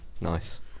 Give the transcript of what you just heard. Nice